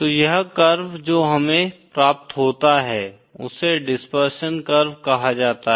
तो यह कर्व जो हमें प्राप्त होता है उसे डिस्परशन कर्व कहा जाता है